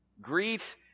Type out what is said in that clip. Greet